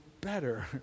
better